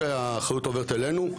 שהאחריות עוברת אלינו,